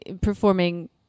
performing